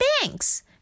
banks